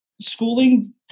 schooling